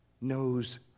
knows